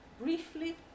briefly